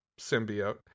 symbiote